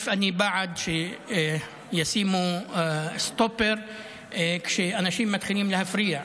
אני בעד שישימו סטופר כשאנשים מתחילים להפריע,